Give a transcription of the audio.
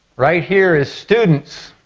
right here is students.